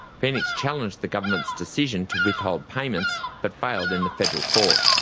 phoenix challenged the government's decision to withhold payments, but failed in the federal court.